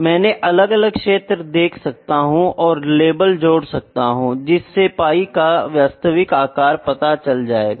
मैं अलग अलग क्षेत्र देख सकता हूँ और लेबल जोड़ सकता हूँ जिससे पाई का वास्तिवक अकार पता चल जायेगा